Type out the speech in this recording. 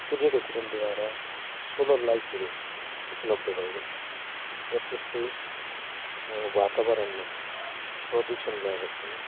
सूर्यको किरणद्वारा सोलर लाइटहरू उपलब्ध भएको छ र त्यसले वातावरणमा प्रदूषण ल्याएको छैन